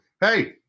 Hey